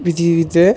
পৃথিবীতে